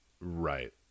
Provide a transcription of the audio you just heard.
Right